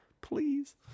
please